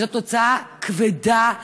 כי זו הוצאה כבדה מאוד.